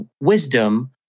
wisdom